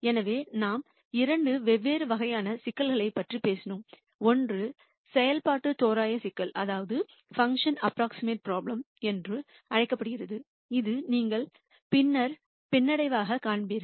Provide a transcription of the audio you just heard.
எனவே நாம் இரண்டு வெவ்வேறு வகையான சிக்கல்களைப் பற்றிப் பேசினோம் ஒன்று செயல்பாட்டு தோராய சிக்கல் என்று அழைக்கப்படுகிறது இது நீங்கள் பின்னர் பின்னடைவாகக் காண்பீர்கள்